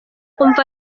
umva